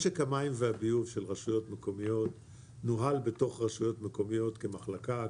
משק המים והביוב של רשויות מקומיות נוהל בתוך רשויות מקומיות כמחלקה,